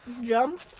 jump